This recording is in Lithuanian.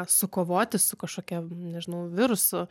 sukovoti su kažkokia nežinau virusu